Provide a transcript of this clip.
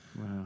Wow